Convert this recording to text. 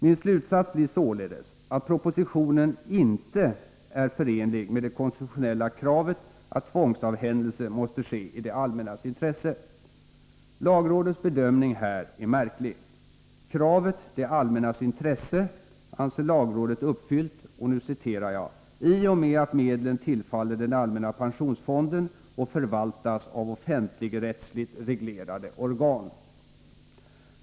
Min slutsats blir således att propositionen icke är förenlig med det konstitutionella kravet att tvångsavhändelse måste ske i det allmännas intresse. Lagrådets bedömning här är märklig. Kravet ”det allmännas intresse” anser lagrådet uppfyllt ”i och med att medlen tillfaller den allmänna pensionsfonden och förvaltas av offentligrättsligt reglerade organ”.